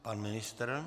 Pan ministr?